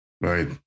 Right